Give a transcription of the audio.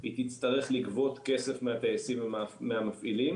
היא תצטרך לגבות כסף מהטייסים ומהמפעילים